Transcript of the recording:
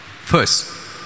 First